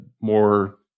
more